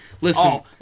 listen